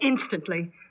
instantly